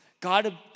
God